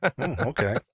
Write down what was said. Okay